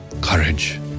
courage